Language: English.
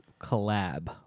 Collab